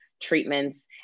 treatments